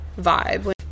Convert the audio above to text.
vibe